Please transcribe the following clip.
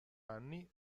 anni